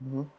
mmhmm